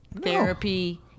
therapy